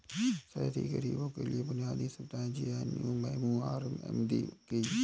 शहरी गरीबों के लिए बुनियादी सुविधाएं जे.एन.एम.यू.आर.एम में दी गई